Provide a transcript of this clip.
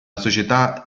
società